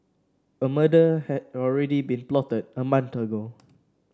a murder had already been plotted a month ago